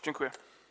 Dziękuję.